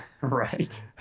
Right